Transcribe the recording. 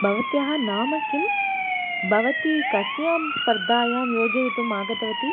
भवत्याः नाम किं भवती कस्यां स्पर्धायां योजयितुम् आगतवती